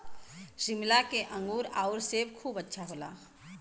शिमला के अंगूर आउर सेब खूब अच्छा होला